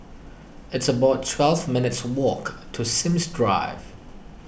it's about twelve minutes' walk to Sims Drive